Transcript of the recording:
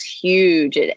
huge